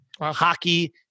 Hockey